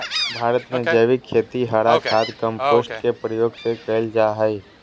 भारत में जैविक खेती हरा खाद, कंपोस्ट के प्रयोग से कैल जा हई